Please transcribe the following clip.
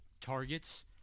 targets